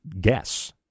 guess